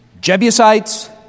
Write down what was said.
Jebusites